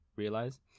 realize